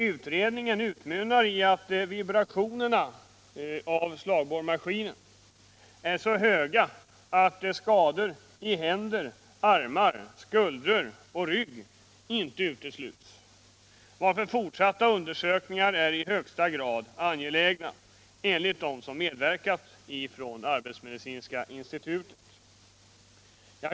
Utredningen utmynnar i att vibrationerna av slagborrmaskinen är så höga att skador i händer, armar, skuldror och rygg inte utesluts, varför fortsatta undersökningar i högsta grad är angelägna enligt dem som medverkade från arbetsmedi Nr 28 cinska institutet.